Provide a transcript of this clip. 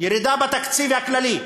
ירידה בתקציב הכללי,